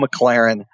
McLaren